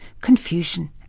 confusion